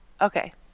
Okay